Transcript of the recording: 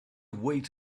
wait